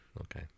okay